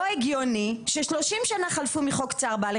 לא הגיוני ש-30 שנה חלפו מחוק צער בעלי